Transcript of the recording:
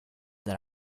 that